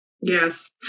Yes